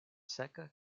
seka